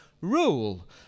Rule